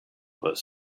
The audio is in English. was